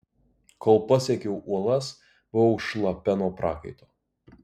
kol pasiekiau uolas buvau šlapia nuo prakaito